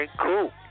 cool